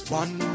one